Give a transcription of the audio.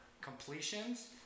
completions